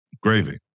gravy